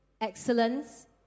excellence